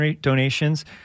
donations